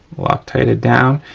loctited down.